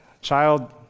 child